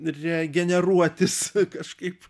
regeneruotis kažkaip